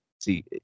see